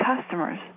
customers